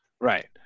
Right